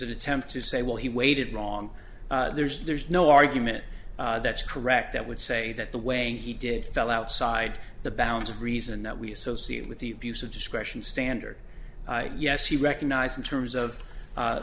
an attempt to say well he waited long there's there's no argument that's correct that would say that the way he did fell outside the bounds of reason that we associate with the abuse of discretion standard yes he recognized in terms of